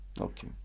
okay